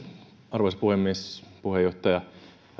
arvoisa puhemies puheenjohtaja